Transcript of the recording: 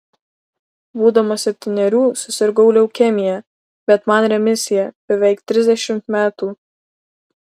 būdamas septynerių susirgau leukemija bet man remisija beveik trisdešimt metų